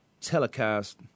Telecast